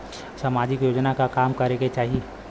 सामाजिक योजना में का काम करे के चाही?